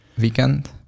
weekend